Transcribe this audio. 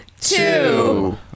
two